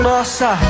Nossa